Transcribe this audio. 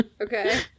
Okay